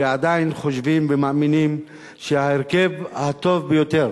ועדיין חושבים ומאמינים שההרכב הטוב ביותר